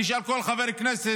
אני אשאל כל חבר כנסת,